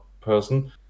person